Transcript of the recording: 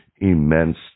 immense